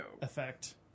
effect